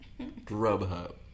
Grubhub